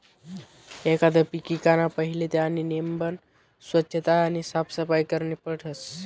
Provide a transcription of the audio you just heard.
एखांद पीक ईकाना पहिले त्यानी नेमबन सोच्छता आणि साफसफाई करनी पडस